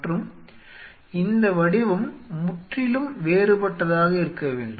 மற்றும் இந்த வடிவம் முற்றிலும் வேறுபட்டதாக இருக்க வேண்டும்